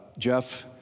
Jeff